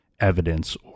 evidence